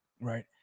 Right